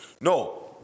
No